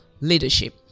leadership